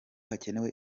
hakenewe